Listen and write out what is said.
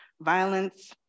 violence